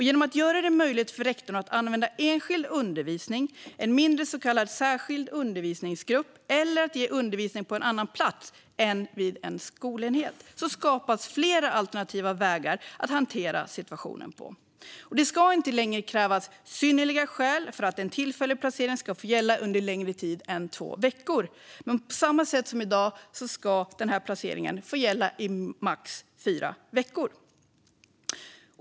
Genom att det görs möjligt för rektorn att använda enskild undervisning eller en mindre så kallad särskild undervisningsgrupp eller att ge undervisning på en annan plats än vid en skolenhet skapas flera alternativa sätt att hantera situationen på. Det ska inte längre krävas synnerliga skäl för att en tillfällig placering ska få gälla under längre tid än två veckor, men på samma sätt som i dag ska en sådan placering få gälla i max fyra veckor.